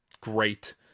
great